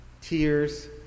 tears